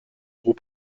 gros